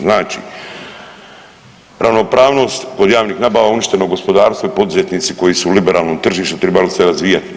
Znači, ravnopravnost kod javnih nabava, uništeno gospodarstvo i poduzetnici koji su u liberalnom tržištu, tribali se razvijati.